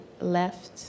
left